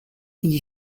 gli